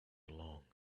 along